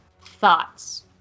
Thoughts